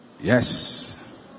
yes